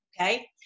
okay